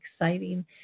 exciting